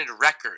record